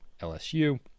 LSU